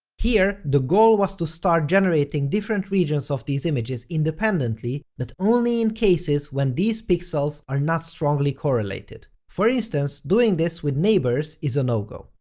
here, the goal was to start generating different regions of these images independently, but only in cases when these pixels are not strongly correlated. for instance, doing this with neighbors is a no-go.